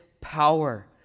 power